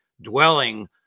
dwelling